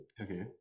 Okay